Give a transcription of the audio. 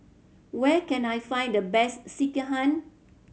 where can I find the best Sekihan